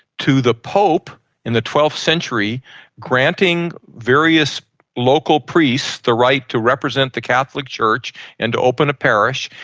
to the pope in the twelfth century granting various local priests the right to represent the catholic church and to open a parish,